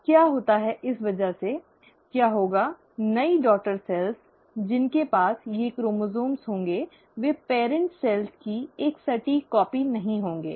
अब क्या होता है इस वजह से क्या होगा नई डॉटर सेल्स जिनके पास ये क्रोमोसोम्स होंगे वे पेरन्ट कोशिकाओं की एक सटीक प्रतिलिपि नहीं होंगे